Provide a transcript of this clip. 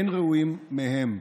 אין ראויים מהם.